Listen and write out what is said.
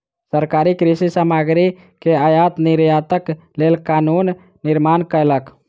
सरकार कृषि सामग्री के आयात निर्यातक लेल कानून निर्माण कयलक